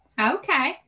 okay